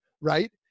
right